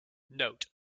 note